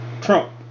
Trump